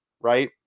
right